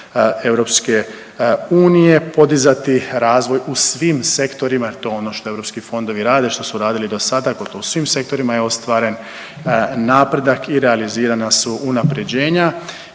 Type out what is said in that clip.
u svim sektorima je ostvaren napredak i realizirana su unaprjeđenja